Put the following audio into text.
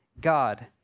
God